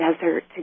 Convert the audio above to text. desert